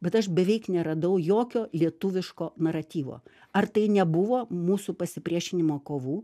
bet aš beveik neradau jokio lietuviško naratyvo ar tai nebuvo mūsų pasipriešinimo kovų